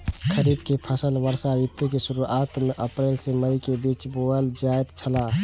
खरीफ के फसल वर्षा ऋतु के शुरुआत में अप्रैल से मई के बीच बौअल जायत छला